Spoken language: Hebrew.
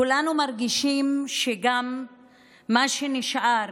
כולנו מרגישים שגם מה שנשאר